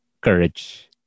courage